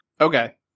okay